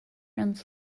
runs